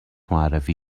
معرفی